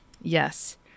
Yes